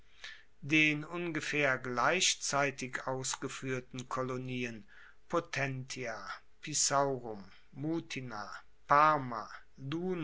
den ungefaehr gleichzeitig ausgefuehrten kolonien potentia pisaurum mutina parma